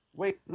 wait